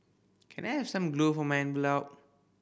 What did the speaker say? can I have some glue for my envelope